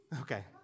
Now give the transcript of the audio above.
Okay